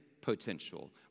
potential